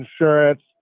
insurance